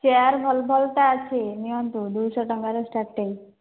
chair ଭଲ ଭଲଟା ଅଛି ନିଅନ୍ତୁ ଦୁଇଶ ଟଙ୍କାରୁ ଷ୍ଟାଟିଙ୍ଗ